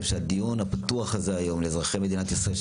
שהדיון הפתוח הזה היום לאזרחי מדינת ישראל,